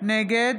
נגד